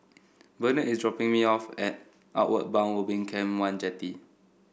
Bennett is dropping me off at Outward Bound Ubin Camp one Jetty